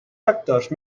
factors